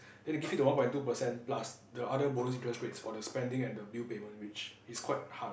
then they give you the one point two percent plus the other bonus interest rates for the spending and the bill payment which is quite hard lah